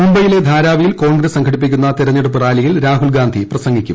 മുംബെയിലെ ധാരാവിയിൽ കോൺഗ്രസ് സംഘടിപ്പിക്കുന്ന തിരഞ്ഞെടുപ്പ് റാലിയിൽ രാഹുൽഗാന്ധി പ്രസംഗിക്കും